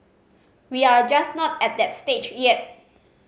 we are just not at that stage yet